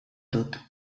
tot